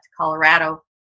Colorado